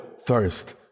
thirst